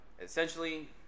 essentially